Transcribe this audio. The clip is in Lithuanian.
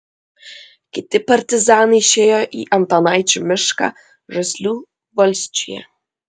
kiti partizanai išėjo į antanaičių mišką žaslių valsčiuje